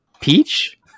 Peach